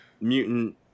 Mutant